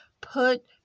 put